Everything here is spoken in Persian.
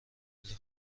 کلی